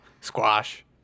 Squash